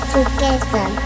Together